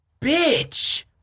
bitch